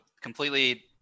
completely